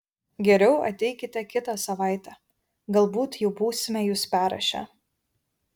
geriau ateikite kitą savaitę galbūt jau būsime jus perrašę